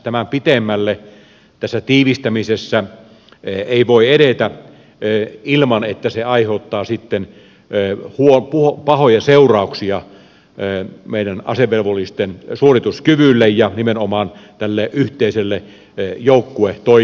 tämän pitemmälle tässä tiivistämisessä ei voi edetä ilman että se aiheuttaa sitten pahoja seurauksia meidän asevelvollisten suorituskyvylle ja nimenomaan tälle yhteiselle joukkuetoiminnalle